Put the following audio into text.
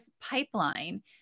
pipeline